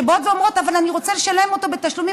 שבאות ואומרות: אבל אני רוצה לשלם אותו בתשלומים,